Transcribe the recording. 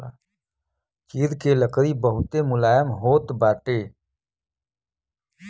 चीड़ के लकड़ी बहुते मुलायम होत बाटे